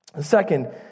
second